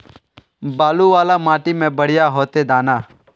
बालू वाला माटी में बढ़िया होते दाना?